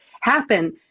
happen